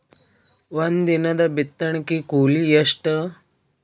ಒಂದಿನದ ಬಿತ್ತಣಕಿ ಕೂಲಿ ಎಷ್ಟ?